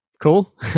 Cool